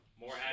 More